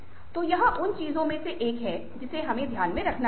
तो यह उन चीजों में से एक है जिसे हमें ध्यान में रखना है